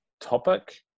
topic